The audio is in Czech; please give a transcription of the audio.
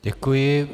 Děkuji.